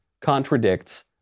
contradicts